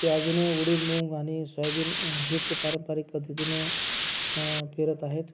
ते अजूनही उडीद मूग आणि सोयाबीन हेच पारंपरिक पद्धतीने पेरत आहेत